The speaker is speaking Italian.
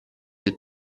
del